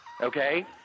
okay